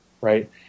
right